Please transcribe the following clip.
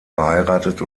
verheiratet